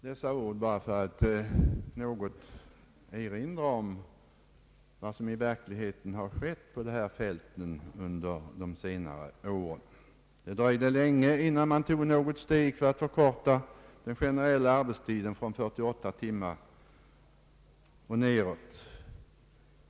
Dessa ord bara för att något erinra om vad som i verkligheten skett på detta fält under senare år. Det dröjde länge innan man tog något steg för att förkorta den generella arbetstiden från 48 timmar och nedåt.